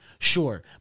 Sure